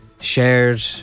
shared